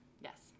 Yes